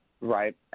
Right